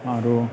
आरो